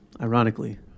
ironically